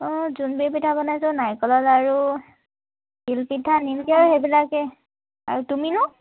অঁ জোনবিৰি পিঠা বনাইছো নাৰিকল আৰু তিল পিঠা নিমকি আৰু সেইবিলাকে আৰু তুমিনো